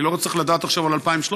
אני לא צריך לדעת עכשיו על 2013,